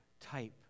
type